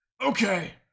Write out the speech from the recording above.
Okay